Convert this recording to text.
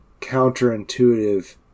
counterintuitive